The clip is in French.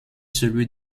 celui